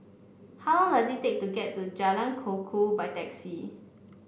how long does it take to get to Jalan Kukoh by taxi